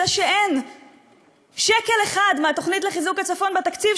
זה שאין שקל אחד מהתוכנית לחיזוק הצפון בתקציב,